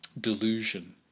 delusion